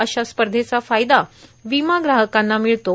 अशा स्पधचा फायदा विमा ग्राहकांना मिळतो